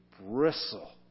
bristle